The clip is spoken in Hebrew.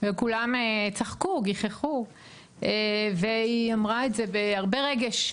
וכולם צחקו, גיחכו והיא אמרה את זה בהרבה רגש,